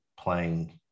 playing